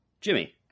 Jimmy